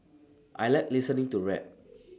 I Like listening to rap